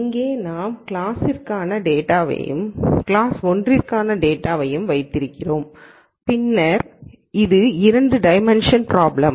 இங்கே நாம் கிளாஸ் 0 க்கான டேட்டாவையும் கிளாஸ் 1 க்கான டேட்டாவையும் வைத்திருக்கிறோம் பின்னர் இது 2 டைமென்ஷன்ல் பிராப்ளம்